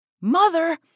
Mother